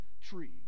tree